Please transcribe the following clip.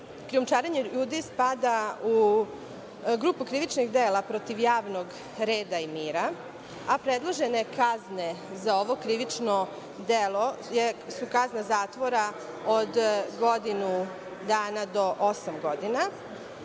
krijumčarenje ljudi spada u grupu krivičnih dela protiv javnog reda i mira, a predložene kazne za ovo krivično delo su kazna zatvora od godinu dana do osam godina.